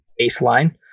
baseline